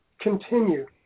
continue